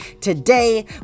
today